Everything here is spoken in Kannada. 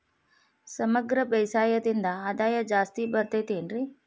ಸಮಗ್ರ ಬೇಸಾಯದಿಂದ ಆದಾಯ ಜಾಸ್ತಿ ಬರತೈತೇನ್ರಿ?